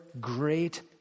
great